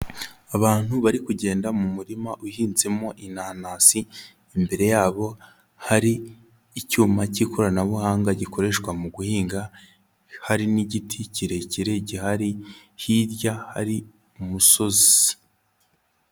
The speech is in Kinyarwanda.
Abantu bari kugenda mu murima uhinzemo inanasi, imbere yabo hari icyuma cy'ikoranabuhanga gikoreshwa mu guhinga, hari n'igiti kirekire gihari, hirya hari umusozi.